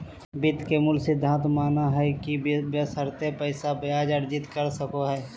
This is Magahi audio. वित्त के मूल सिद्धांत मानय हइ कि बशर्ते पैसा ब्याज अर्जित कर सको हइ